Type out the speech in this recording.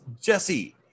Jesse